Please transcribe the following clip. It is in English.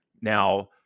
Now